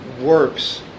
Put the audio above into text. works